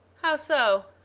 how so?